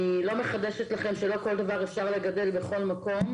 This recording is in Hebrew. אני לא מחדשת לכם שלא כל דבר אפשר לגדל בכל מקום,